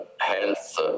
health